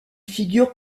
figure